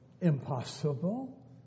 impossible